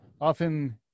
often